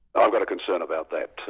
i've got a concern about that, too,